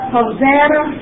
Hosanna